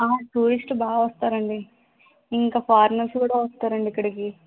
ఆ టూరిస్టులు బాగా వస్తారండి ఇంకా ఫారెనర్స్ కూడా వస్తారండి ఇక్కడికి